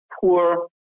poor